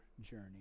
journey